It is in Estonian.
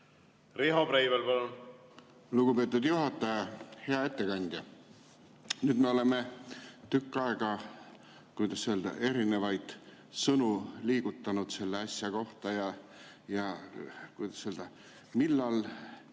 Riho Breivel, palun! Lugupeetud juhataja! Hea ettekandja! Nüüd me oleme tükk aega, kuidas öelda, erinevaid sõnu liigutanud selle asja kohta. Millal